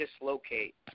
dislocate